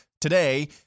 today